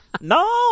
No